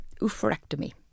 oophorectomy